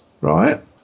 right